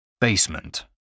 Basement